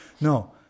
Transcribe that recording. No